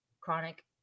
chronic